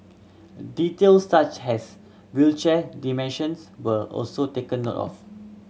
details such has wheelchair dimensions were also taken note of